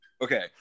Okay